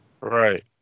Right